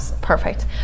perfect